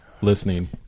listening